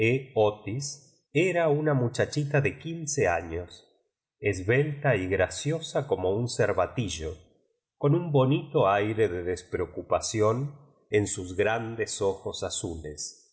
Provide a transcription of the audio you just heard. otis era una muchachita de quince años esbelta y graciosa como un cervatillo con un bonito aíre de des preocupación eu sus grandes ojos azulea